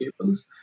cables